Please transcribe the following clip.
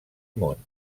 món